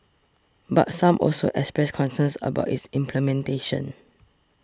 but some also expressed concerns about its implementation